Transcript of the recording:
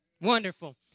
Wonderful